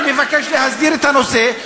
אני מבקש להסדיר את הנושא,